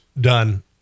done